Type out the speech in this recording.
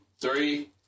Three